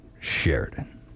Sheridan